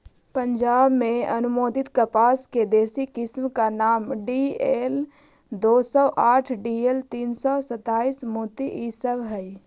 पंजाब में अनुमोदित कपास के देशी किस्म का नाम डी.एल दो सौ साठ डी.एल तीन सौ सत्ताईस, मोती इ सब हई